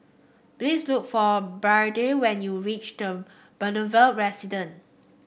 please look for Biddie when you reach The Boulevard Residence